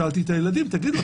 שאלתי את הילדים: תגידו,